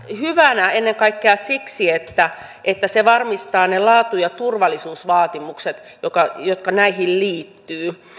hyvänä ennen kaikkea siksi että että se varmistaa ne laatu ja turvallisuusvaatimukset jotka näihin liittyvät